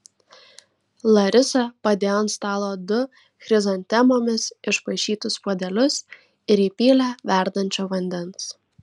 larisa padėjo ant stalo du chrizantemomis išpaišytus puodelius ir įpylė verdančio vandens